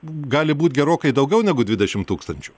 gali būt gerokai daugiau negu dvidešimt tūkstančių